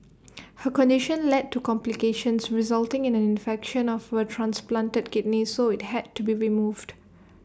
her condition led to complications resulting in an infection of her transplanted kidney so IT had to be removed